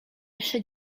jeszcze